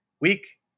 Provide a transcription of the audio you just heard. week